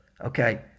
Okay